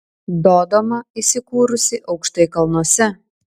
dodoma įsikūrusi aukštai kalnuose